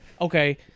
Okay